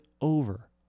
over